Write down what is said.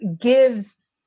gives